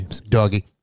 Doggy